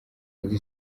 yagize